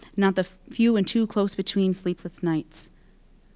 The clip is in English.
not the few and too close between sleepless nights.